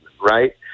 right